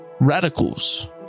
radicals